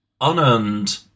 unearned